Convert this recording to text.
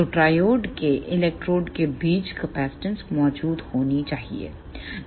तो ट्रायोड के इलेक्ट्रोड के बीच कैपेसिटेंस मौजूद होनी चाहिए